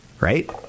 Right